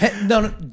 No